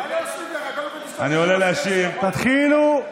מה להוסיף לך, אני עולה להשיב, תתחילו.